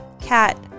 cat